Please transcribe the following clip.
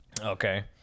Okay